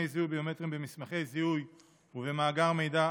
זיהוי ביומטריים במסמכי זיהוי ובמאגר מידע,